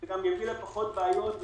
ויוצר פחות בעיות.